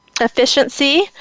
Efficiency